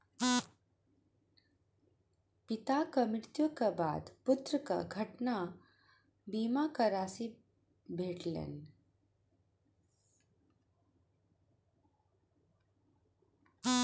पिता के मृत्यु के बाद पुत्र के दुर्घटना बीमा के राशि भेटलैन